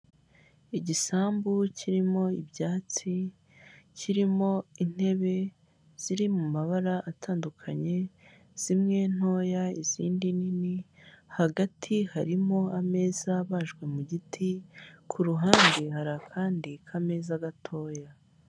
Igisambu kirimo ibyatsi, kirimo intebe ziri mu mabara atandukanye, zimwe ntoya izindi nini, hagati harimo ameza abajwe mu giti, k'uruhande hari akandi kameza gatoya.